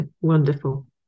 Wonderful